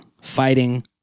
fighting